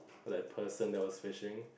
that person that was fishing